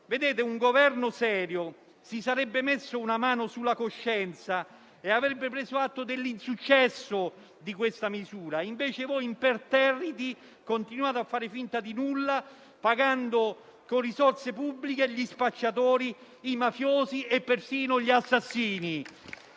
euro. Un Governo serio si sarebbe messo una mano sulla coscienza e avrebbe preso atto dell'insuccesso della misura. Voi, invece, imperterriti, continuate a fare finta di nulla, pagando con risorse pubbliche gli spacciatori, i mafiosi e persino gli assassini.